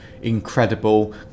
Incredible